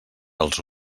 els